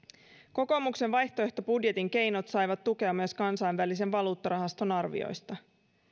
kokoomuksen vaihtoehtobudjetin keinot saivat tukea myös kansainvälisen valuuttarahaston arvioista